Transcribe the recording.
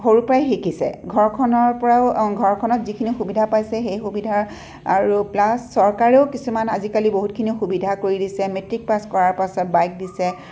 সৰুৰ পৰাই শিকিছে ঘৰখনৰ পৰাও ঘৰখনত যিখিনি সুবিধা পাইছে সেই সুবিধা আৰু প্লাচ চৰকাৰেও কিছুমান আজিকালি বহুতখিনি সুবিধা কৰি দিছে মেট্ৰিক পাচ কৰাৰ পাছত বাইক দিছে